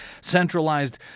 centralized